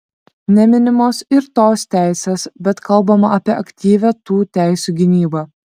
neminimos ir tos teisės bet kalbama apie aktyvią tų teisių gynybą